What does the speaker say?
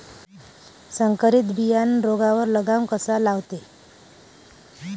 संकरीत बियानं रोगावर लगाम कसा लावते?